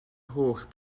holl